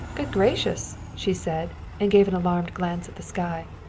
good gracious! she said, and gave an alarmed glance at the sky.